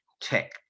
tech